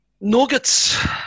nuggets